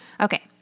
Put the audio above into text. Okay